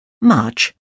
March